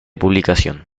publicación